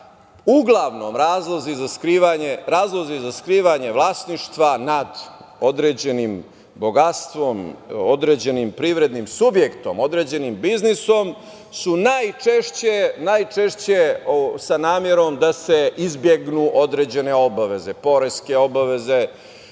uglavnom razlozi za skrivanje vlasništva nad određenim bogatstvom, određenim privrednim subjektom, određenim biznisom su najčešće sa namerom da se izbegnu određene obaveze, poreske obaveze